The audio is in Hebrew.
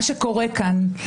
מה שקורה כאן,